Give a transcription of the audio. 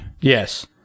Yes